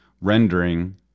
rendering